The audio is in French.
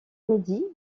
midi